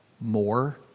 more